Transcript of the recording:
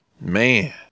Man